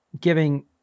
giving